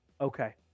Okay